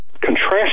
contrast